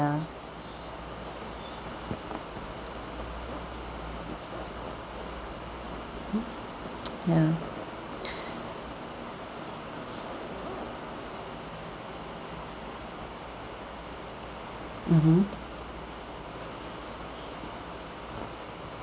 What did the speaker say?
ya mmhmm